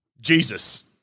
Jesus